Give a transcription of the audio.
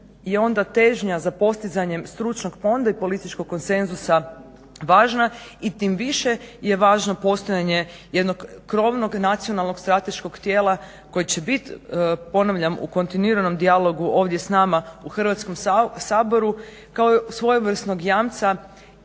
je onda težnja za postizanjem stručnog fonda i političkog konsenzusa važna i tim više je važno postojanje jednog krovnog nacionalnog strateškog tijela koje će biti ponavljam u kontinuiranom dijalogu ovdje s nama u Hrvatskom saboru kao svojevrsnog jamca